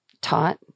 taught